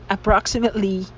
Approximately